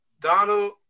Donald